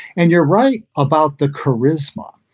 and you're right about the charisma.